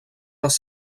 les